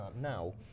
now